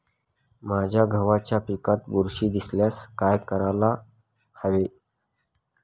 माझ्या गव्हाच्या पिकात बुरशी दिसल्यास काय करायला हवे?